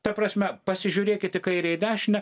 ta prasme pasižiūrėkit į kairę į dešinę